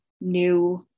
new